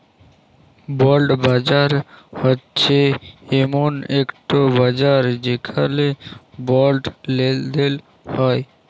বল্ড বাজার হছে এমল ইকট বাজার যেখালে বল্ড লেলদেল হ্যয়